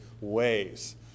ways